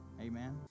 Amen